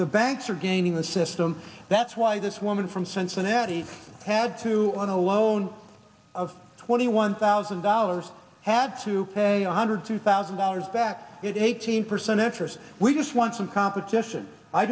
the banks are gaining the system that's why this woman from cincinnati had to on a loan of twenty one thousand dollars had to pay one hundred two thousand dollars back it eighteen percent interest we just want some competition i